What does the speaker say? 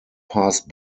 passed